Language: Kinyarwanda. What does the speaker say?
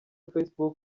facebook